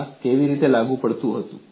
આ કેવી રીતે લાગુ પડતું હતું